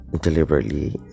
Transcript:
deliberately